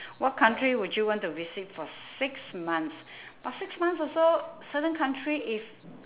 what country would you want to visit for six months but six months also certain country if